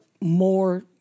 more